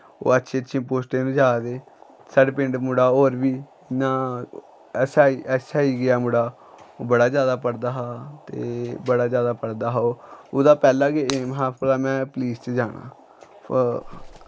ओह् अच्छी अच्छियें पोस्टें पर जा दे साढ़े पिंड मुड़ा होर बी इ'यां ऐस्स आई गेआ मुड़ा ओह् बड़ा जेदा पढ़दा हा ते बड़ा जैदा पढ़दा हा ओह् ओह्दा पैह्लें गै ऐम हा भला में पुलस च जाना ओह्